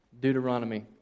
Deuteronomy